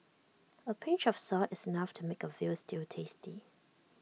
A pinch of salt is enough to make A Veal Stew tasty